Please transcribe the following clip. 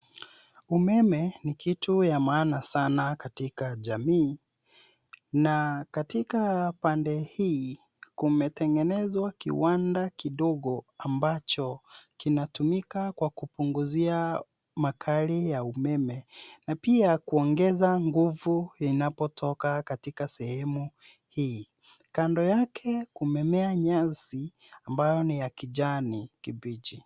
Umeme ni kitu ya maana sana katika jamii na katika pande hii kumetengenezwa kiwanda kidogo ambacho kinatumika kupunguzia makali ya umeme na pia kuongeza nguvu inapotoka katika sehemu hii. Kando yake kumemea nyasi ambayo ni ya kijani kibichi.